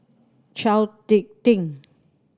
Chao Tick Tin